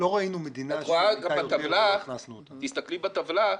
תסתכלי בטבלה.